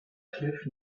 cliff